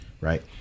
right